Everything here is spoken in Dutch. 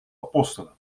apostelen